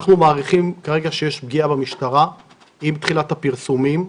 אנחנו מעריכים שיש פגיעה במשטרה עם תחילת הפרסומים.